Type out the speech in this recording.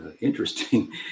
interesting